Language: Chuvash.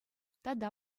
тата